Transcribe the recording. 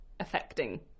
affecting